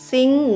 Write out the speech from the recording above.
Sing